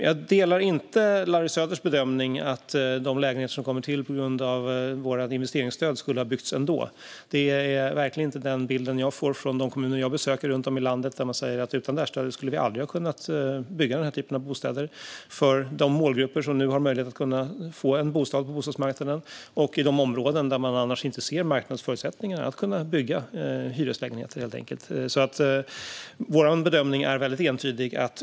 Jag delar inte Larry Söders bedömning att de lägenheter som kommer till på grund av vårt investeringsstöd skulle ha byggts ändå. Det är verkligen inte den bild jag får när jag besöker kommuner runt om i landet. De säger att utan detta stöd hade de aldrig kunnat bygga dessa bostäder, som riktar sig till målgrupper som nu har möjlighet att få en bostad på bostadsmarknaden. De hade heller aldrig byggts i de områden där man annars inte ser några marknadsförutsättningar för att bygga hyreslägenheter. Vår bedömning är entydig.